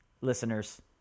listeners